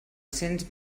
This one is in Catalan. cents